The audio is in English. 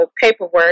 paperwork